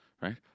right